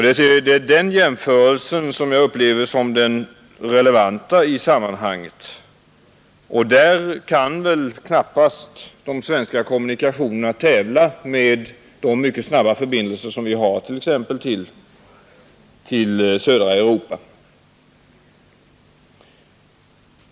Det är den jämförelsen som jag upplever som den relevanta i sammanhanget, och de svenska kommunikationerna kan väl knappast tävla med de mycket snabba förbindelser med charterflyg som vi har t.ex. till södra Europa.